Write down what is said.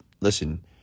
listen